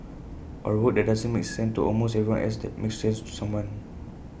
or A work that doesn't make sense to almost everyone else that makes sense to someone